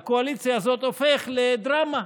בקואליציה הזאת, הופך לדרמה,